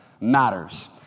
matters